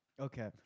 okay